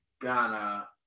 Ghana